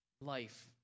life